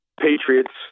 Patriots